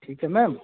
ठीक है मैम